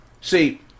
see